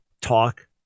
talk